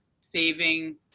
saving